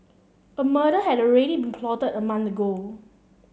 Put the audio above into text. a murder had already been plotted a month ago